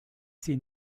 sie